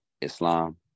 Islam